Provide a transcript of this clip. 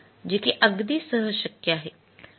जे कि अगदी सहज शक्य आहे